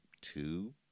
two